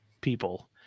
people